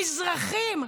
למזרחים.